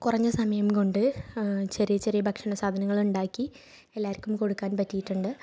കുറഞ്ഞ സമയം കൊണ്ട് ചെറിയ ചെറിയ ഭക്ഷണ സാധനങ്ങൾ ഉണ്ടാക്കി എല്ലാവർക്കും കൊടുക്കാൻ പറ്റിയിട്ടൂണ്ട്